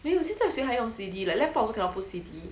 没有现在谁还用 C_D like laptop also cannot put C_D